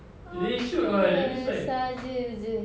apa sahaja jer